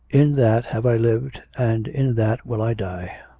in that have i lived, and in that will i die.